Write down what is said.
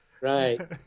right